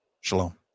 Shalom